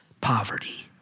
poverty